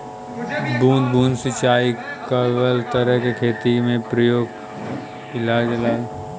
बूंद बूंद सिंचाई कवने तरह के खेती में प्रयोग कइलजाला?